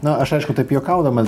na aš aišku taip juokaudamas